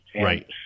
Right